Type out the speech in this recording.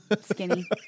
Skinny